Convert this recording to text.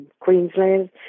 Queensland